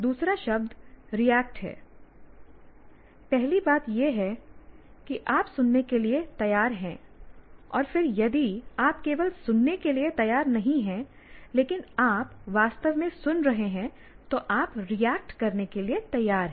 दूसरा शब्द रिएक्ट है पहली बात यह है कि आप सुनने के लिए तैयार हैं और फिर यदि आप केवल सुनने के लिए तैयार नहीं हैं लेकिन आप वास्तव में सुन रहे हैं तो आप रिएक्ट करने के लिए तैयार हैं